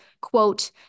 quote